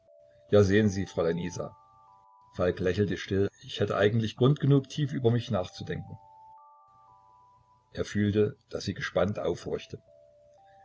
ja sehen sie fräulein isa falk lächelte still ich hätte eigentlich grund genug tief über mich nachzudenken er fühlte daß sie gespannt aufhorchte